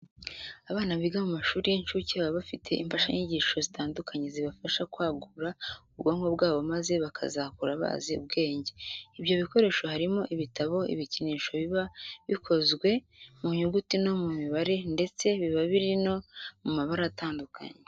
Abana biga mu mashuri y'inshuke baba bafite imfashanyigisho zitandukanye zibafasha kwagura ubwonko bwabo maze bakazakura bazi ubwenge. Ibyo bikoresho harimo ibitabo, ibikinisho biba bikozwe mu nyuguti no mu mibare ndetse biba biri no mu mabara atandukanye.